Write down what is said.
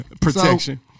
Protection